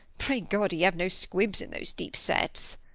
pray god he have no squibs in those deep sets.